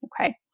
Okay